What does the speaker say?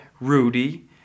Rudy